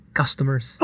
customers